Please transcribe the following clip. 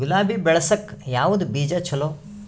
ಗುಲಾಬಿ ಬೆಳಸಕ್ಕ ಯಾವದ ಬೀಜಾ ಚಲೋ?